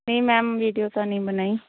ਨਹੀਂ ma'am video ਤਾਂ ਨਹੀਂ ਬਣਾਈ